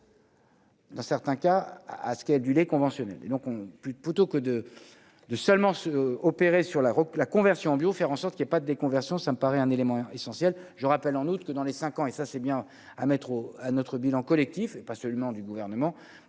Dans certains cas à ce qui est du lait conventionnel donc on plus plutôt que de de seulement s'opérer sur la route, la conversion bio, faire en sorte qu'il y ait pas des conversions, ça me paraît un élément essentiel, je rappelle en août que dans les 5 ans, et ça, c'est bien à mettre au à notre bilan collectif et pas seulement du gouvernement.